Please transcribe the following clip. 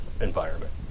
environment